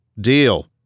Deal